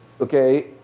okay